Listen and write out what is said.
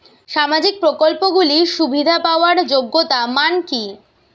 সামাজিক প্রকল্পগুলি সুবিধা পাওয়ার যোগ্যতা মান কি?